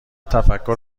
تفکر